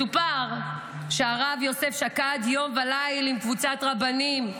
מסופר שהרב יוסף שקד יום וליל, עם קבוצת רבנים,